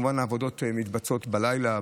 אפילו לא יודע כמה זמן אתה עשוי או עלול להיתקע